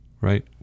right